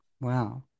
wow